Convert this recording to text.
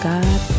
God